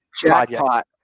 Jackpot